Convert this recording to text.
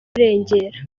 kurengera